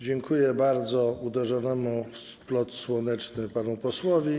Dziękuję bardzo uderzonemu w splot słoneczny panu posłowi.